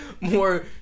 more